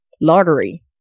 lottery